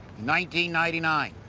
ninety ninety nine,